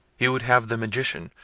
he would have the magician,